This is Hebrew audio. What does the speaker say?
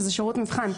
וזה שירות מבחן.